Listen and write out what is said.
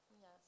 Yes